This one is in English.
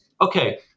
okay